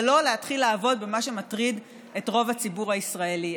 ולא להתחיל לעבוד במה שמטריד את רוב הציבור הישראלי.